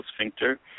sphincter